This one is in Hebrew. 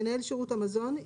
מנהל שירות המזון,